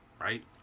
right